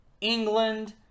England